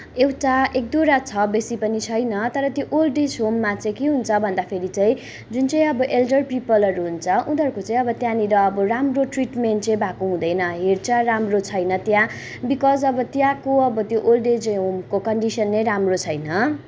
एउटा एक दुईवटा छ बेसी पनि छैन तर त्यो ओल्ड एज होममा चाहिँ के हुन्छ भन्दाखेरि चाहिँ जुन चाहिँ अब एल्डर पिपुलहरू हुन्छ उनीहरूको चाहिँ अब त्यहाँनिर अब राम्रो ट्रिटमेन्ट चाहिँ भएको हुँदैन हेरचाह राम्रो छैन त्यहाँ बिकज अब त्यहाँको अब त्यो ओल्ड एज होमको कन्डिसनै राम्रो छैन